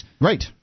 Right